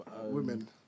women